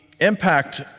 impact